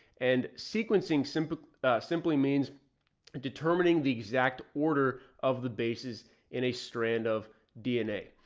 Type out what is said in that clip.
and sequencing simple simply means determining the exact order of the basis in a strand of dna.